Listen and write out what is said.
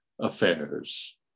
affairs